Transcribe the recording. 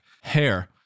hair